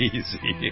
Easy